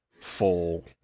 full